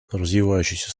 развивающиеся